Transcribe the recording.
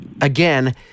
again